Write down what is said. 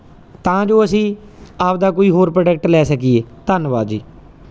ਤਾਂ ਜੋ ਅਸੀਂ ਆਪਦਾ ਕੋਈ ਹੋਰ ਪ੍ਰੋਡਕਟ ਲੈ ਸਕੀਏ ਧੰਨਵਾਦ ਜੀ